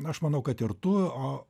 aš manau kad ir tu o